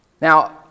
Now